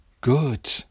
good